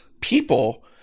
people